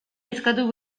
eskatu